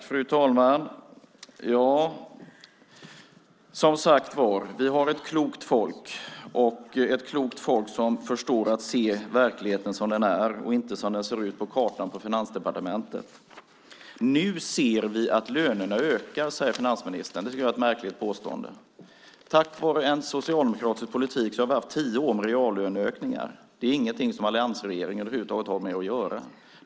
Fru talman! Som sagt var: Vi har ett klokt folk, ett klokt folk som förstår att se verkligheten som den är och inte som den ser ut på kartan på Finansdepartementet. Nu ser vi att lönerna ökar, säger finansministern. Det tycker jag är ett märkligt påstående. Tack vare socialdemokratisk politik har vi haft tio år med reallöneökningar. Det är ingenting som alliansregeringen över huvud taget har med att göra.